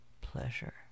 pleasure